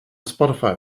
spotify